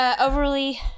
overly